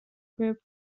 group